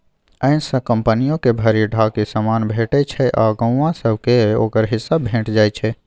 अय सँ कंपनियो के भरि ढाकी समान भेटइ छै आ गौंआ सब केँ ओकर हिस्सा भेंट जाइ छै